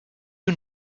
you